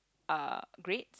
uh great